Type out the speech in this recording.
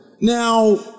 Now